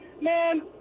Man